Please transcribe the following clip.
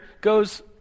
goes